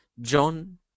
John